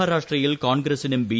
മഹാരാഷ്ട്രയിൽ കോൺഗ്രസിനും ബി